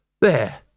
There